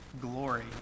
glory